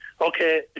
Okay